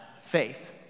faith